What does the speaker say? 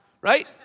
Right